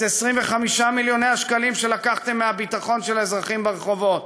את 25 מיליוני השקלים שלקחתם מהביטחון של האזרחים ברחובות,